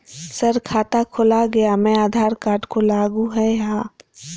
Sir खाता खोला गया मैं आधार कार्ड को लागू है हां?